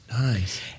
Nice